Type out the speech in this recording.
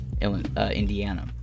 Indiana